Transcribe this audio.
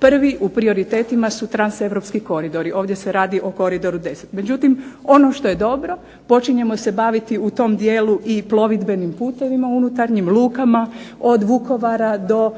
prvi u prioritetima su transeuropski koridori. Ovdje se radi o koridoru 10. Međutim ono što je dobro, počinjemo se baviti u tom dijelu i plovidbenim putevima unutarnjim, lukama od Vukovara do